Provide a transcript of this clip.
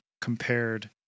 compared